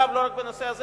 דרך אגב, לא רק בנושא הזה.